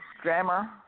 grammar